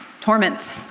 torment